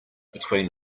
between